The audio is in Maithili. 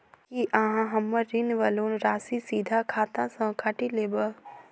की अहाँ हम्मर ऋण वा लोन राशि सीधा खाता सँ काटि लेबऽ?